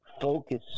focus